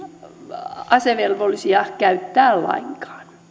asevelvollisia käyttää lainkaan